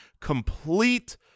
complete